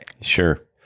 Sure